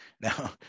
Now